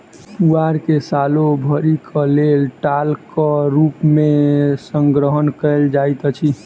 पुआर के सालो भरिक लेल टालक रूप मे संग्रह कयल जाइत अछि